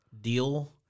deal